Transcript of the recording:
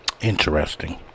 Interesting